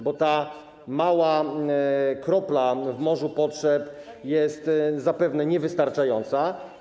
Bo ta mała kropla w morzu potrzeb jest zapewne niewystarczająca.